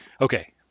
Okay